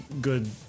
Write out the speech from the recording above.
good